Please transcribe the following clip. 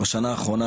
בשנה האחרונה,